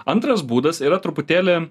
antras būdas yra truputėlį